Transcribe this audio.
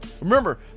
Remember